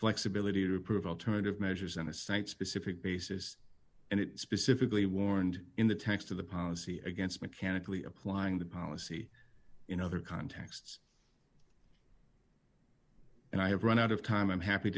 flexibility to approve alternative measures and i cite specific cases and it specifically warned in the text of the policy against mechanically applying the policy in other contexts and i have run out of time i'm happy